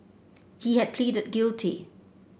he had pleaded guilty